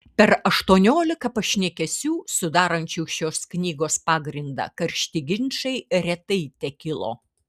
per aštuoniolika pašnekesių sudarančių šios knygos pagrindą karšti ginčai retai tekilo